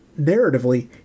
narratively